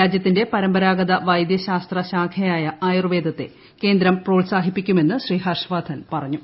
രാജ്യത്തിന്റെ പരമ്പരാഗത വൈദൃശാസ്ത്ര ശാഖയായ ആയുർവേദത്തെ കേന്ദ്രം പ്രോത്സാഹിപ്പിക്കുമെന്ന് ശ്രീ ഹർഷ്വർധൻ പറഞ്ഞു